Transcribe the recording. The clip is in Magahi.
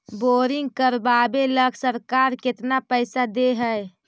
बोरिंग करबाबे ल सरकार केतना पैसा दे है?